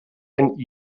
ein